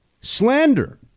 slander